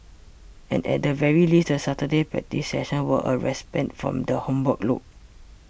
and at the very least the Saturday practice sessions were a respite from the homework load